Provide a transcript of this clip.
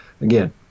again